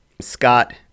Scott